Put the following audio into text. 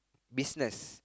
business